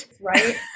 Right